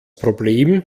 problem